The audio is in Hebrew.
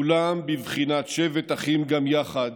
כולם בבחינת שבט אחים גם יחד,